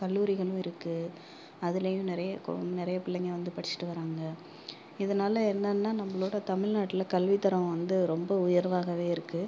கல்லூரிகளும் இருக்குது அதுலேயும் நெறைய கொ நிறைய பிள்ளைங்க வந்து படிச்சுட்டு வராங்க இதனால என்னென்ன நம்மளோட தமிழ்நாட்டில் கல்வித்தரம் வந்து ரொம்ப உயர்வாகவே இருக்குது